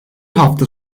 hafta